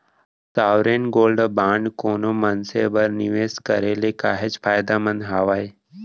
sovereign gold bond कोनो मनसे बर निवेस करे ले काहेच फायदामंद हावय